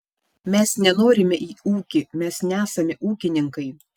mes nenorime į ūkį mes nesame ūkininkai